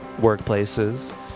workplaces